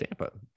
Tampa. –